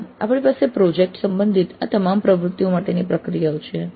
આમ આપણી પાસે પ્રોજેક્ટ સંબંધિત આ તમામ પ્રવૃત્તિઓ માટેની પ્રક્રિયાઓ છે